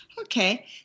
Okay